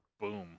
Boom